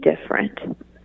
different